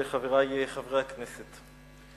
חברי חברי הכנסת,